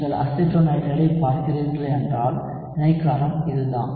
நீங்கள் அசிட்டோநைட்ரைலைப் பார்க்கிறீர்கள் என்றால் இணைக் காரம் இதுதான்